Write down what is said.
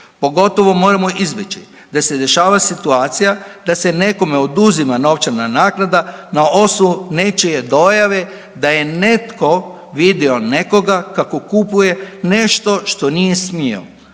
pogotovo moramo izbjeći da se dešava situacija da se nekome oduzima novčana naknada na osnovu nečije dojave da je netko vidio nekoga kako kupuje nešto što nije smio,